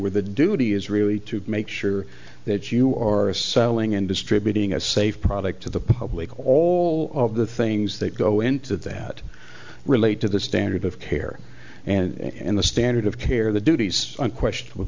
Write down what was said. where the duty is really to make sure that you are selling and distributing a safe product to the public all of the things that go into that relate to the standard of care and the standard of care the duties on question